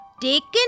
taken